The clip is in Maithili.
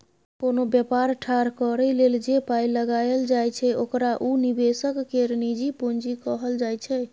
कोनो बेपार ठाढ़ करइ लेल जे पाइ लगाइल जाइ छै ओकरा उ निवेशक केर निजी पूंजी कहल जाइ छै